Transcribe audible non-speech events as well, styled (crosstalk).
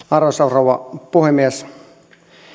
(unintelligible) arvoisa rouva puhemies